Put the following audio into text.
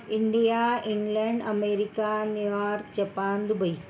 India England America New York Japan Dubai